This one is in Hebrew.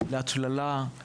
להצללה בחצרות טבעיים.